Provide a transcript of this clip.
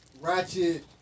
ratchet